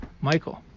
Michael